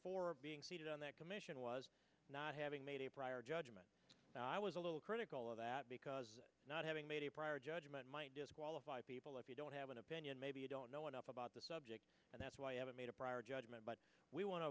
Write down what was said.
for being seated on that commission was not having made a prior judgment that i was a little critical of that because not having made a prior judgment might disqualify people if you don't have an opinion maybe you don't know enough about the subject and that's why you haven't made a prior judgment but we want to